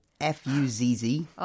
F-U-Z-Z